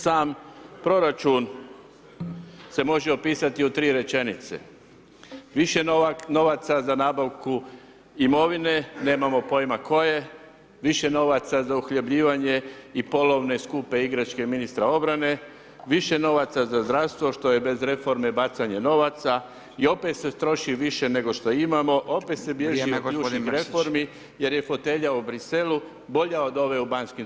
Sam proračun se može opisati u tri rečenice, više novaca za nabavku imovine, nemamo pojma tko je, više novaca za uhljebljivanje i polovne skupe igračke ministra obrane, više novaca za zdravstvo što je bez reforme bacanje novaca i opet se troši više nego što imamo, opet se bježi od ključnih reformi [[Upadica Radin: Vrijeme gospodin Mrsić.]] jer je fotelja u Briselu bolja od ove u Banskim dvorima.